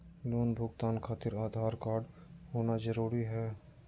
Loan भुगतान खातिर Aadhaar card होना जरूरी है?